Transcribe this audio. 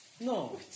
No